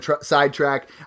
sidetrack